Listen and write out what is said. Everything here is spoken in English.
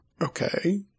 Okay